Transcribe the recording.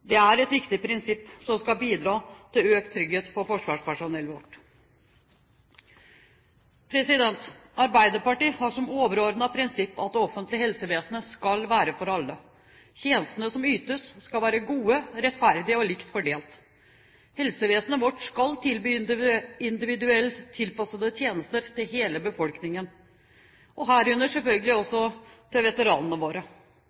Det er et viktig prinsipp, som skal bidra til økt trygghet for forsvarspersonellet vårt. Arbeiderpartiet har som overordnet prinsipp at det offentlige helsevesenet skal være for alle. Tjenestene som ytes, skal være gode, rettferdige og likt fordelt. Helsevesenet vårt skal tilby individuelt tilpassede tjenester til hele befolkningen, og herunder selvfølgelig også til veteranene våre.